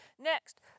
Next